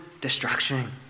destruction